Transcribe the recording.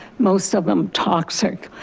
most of them toxic.